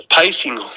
pacing